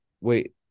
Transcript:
Wait